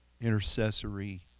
intercessory